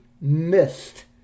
missed